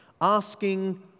asking